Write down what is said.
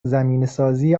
زمینهسازی